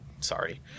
sorry